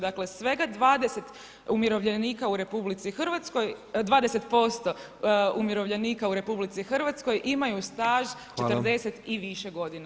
Dakle svega 20 umirovljenika u RH, 20% umirovljenika u RH imaju staž 40 i više godina.